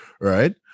right